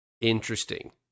interesting